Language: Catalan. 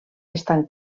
estan